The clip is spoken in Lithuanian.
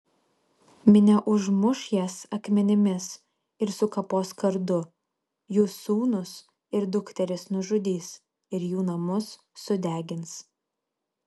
minia užmuš jas akmenimis ir sukapos kardu jų sūnus ir dukteris nužudys ir jų namus sudegins